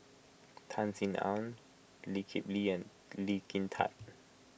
Tan Sin Aun Lee Kip Lee and Lee Kin Tat